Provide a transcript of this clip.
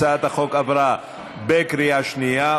הצעת החוק עברה בקריאה שנייה.